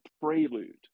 prelude